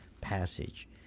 passage